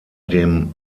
dem